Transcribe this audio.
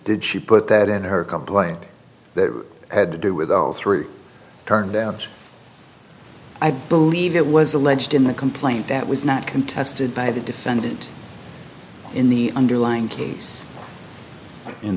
did she put that in her complaint that had to do with all three turned out i believe it was alleged in the complaint that was not contested by the defendant in the underlying case in